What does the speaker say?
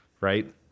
right